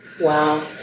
Wow